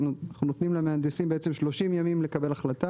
אנחנו נותנים למהנדסים בעצם 30 ימים לקבל החלטה